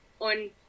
on